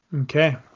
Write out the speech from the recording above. Okay